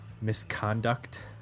Misconduct